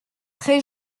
très